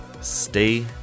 stay